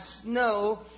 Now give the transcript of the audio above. snow